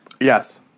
Yes